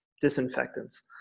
disinfectants